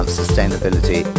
sustainability